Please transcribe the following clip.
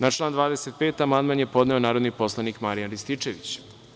Na član 25. amandman je podneo narodni poslanik Marijan Rističević.